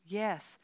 yes